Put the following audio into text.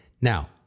Now